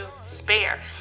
spare